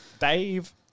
Dave